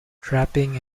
trapping